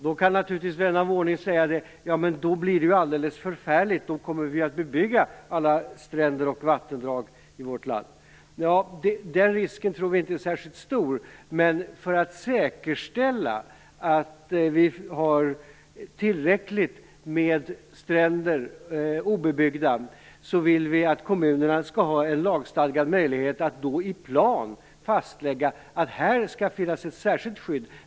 Då kan vän av ordning säga: Men det blir alldeles förfärligt - då kommer man att bebygga alla stränder och vattendrag i vårt land. Vi tror att den risken inte är särskilt stor. För att säkerställa att det finns tillräckligt med obebyggda stränder vill vi att kommunerna skall ha en lagstadgad möjlighet att i plan fastlägga att det skall finnas ett särskilt skydd.